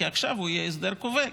שיהיה עכשיו הסדר כובל,